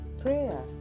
Prayer